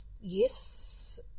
yes